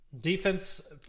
Defense